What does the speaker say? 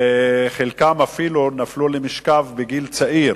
וחלקם אפילו נפלו למשכב בגיל צעיר